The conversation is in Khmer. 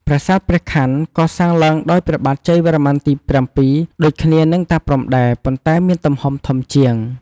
ប្រាសាទព្រះខ័ន កសាងឡើងដោយព្រះបាទជ័យវរ្ម័នទី ៧ ដូចគ្នានឹងតាព្រហ្មដែរ ប៉ុន្តែមានទំហំធំជាង។